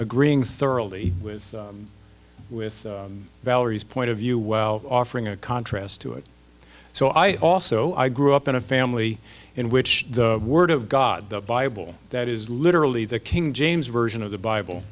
agreeing surly with with valerie's point of view well offering a contrast to it so i also i grew up in a family in which the word of god the bible that is literally the king james version of the bible